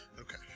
Okay